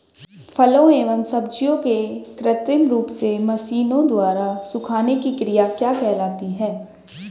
फलों एवं सब्जियों के कृत्रिम रूप से मशीनों द्वारा सुखाने की क्रिया क्या कहलाती है?